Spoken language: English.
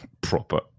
proper